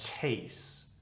case